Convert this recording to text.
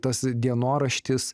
tas dienoraštis